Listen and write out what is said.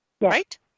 right